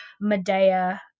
Medea